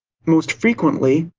most frequently,